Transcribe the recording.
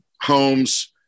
homes